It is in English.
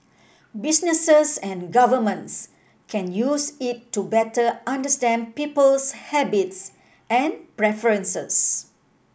businesses and governments can use it to better understand people's habits and preferences